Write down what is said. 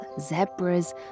zebras